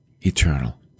eternal